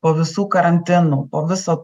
po visų karantinų po viso